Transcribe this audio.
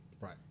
Right